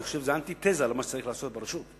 אני חושב שזה אנטיתזה למה שצריך לעשות ברשות.